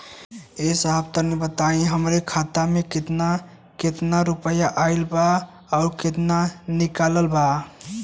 ए साहब तनि बताई हमरे खाता मे कितना केतना रुपया आईल बा अउर कितना निकलल बा?